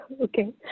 Okay